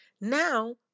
Now